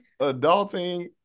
adulting